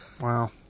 wow